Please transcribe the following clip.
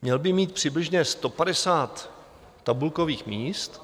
Měl by mít přibližně 150 tabulkových míst.